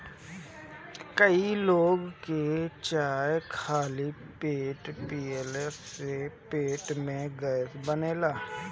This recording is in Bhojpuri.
कई लोग के चाय खाली पेटे पियला से पेट में गैस बने लागेला